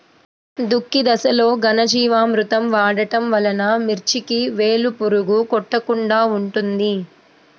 దుక్కి దశలో ఘనజీవామృతం వాడటం వలన మిర్చికి వేలు పురుగు కొట్టకుండా ఉంటుంది?